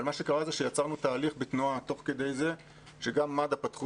יצרנו תהליך תוך כדי תנועה וגם מד"א פתחו